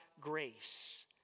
grace